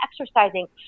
exercising